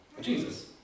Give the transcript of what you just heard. Jesus